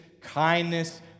kindness